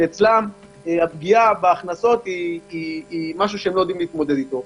שאצלן הפגיעה בהכנסות היא משהו שהם לא יודעים להתמודד אתו.